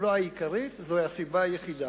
לא העיקרית, זו הסיבה היחידה.